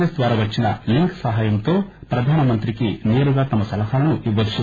yes ద్వారా వచ్చిన link సహాయంతో ప్రధానమంత్రికి సేరుగా తమ సలహాలను ఇవ్వవచ్చు